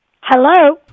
Hello